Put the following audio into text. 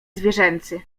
zwierzęcy